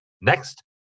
Next